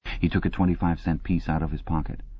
he took a twenty-five cent piece out of his pocket.